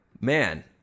man